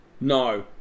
No